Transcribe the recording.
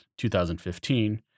2015